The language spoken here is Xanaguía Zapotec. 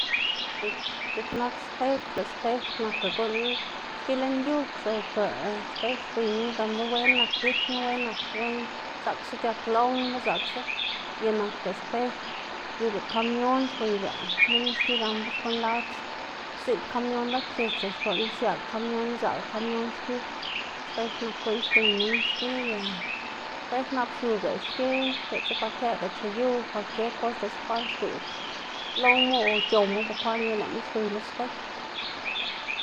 dziꞌk dziꞌk nak spej, lëꞌ spej nakga guꞌn xki lën yu zob spej xwiyma gan be wen nak gikma wen nak, zaꞌksa c̲h̲ak loma zaꞌksa y nakga spej yuga kamion xwiyga minn xki gan xkuꞌn lad ziꞌd kamion lad x̱its o xkuꞌn siaꞌga kamion idzaꞌl kamion xki, spej nka gun xwiy minn xki y spej nak xiuga xki diꞌltsa ba këꞌga chu yu kwalkier kos diꞌltsa bekwaꞌn xduꞌd loma o c̲h̲owma bekwaꞌn yu lëꞌma xwiy lo spej.